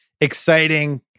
exciting